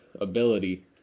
ability